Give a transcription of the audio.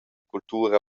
cultura